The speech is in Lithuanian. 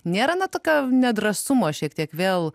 nėra na tokio nedrąsumo šiek tiek vėl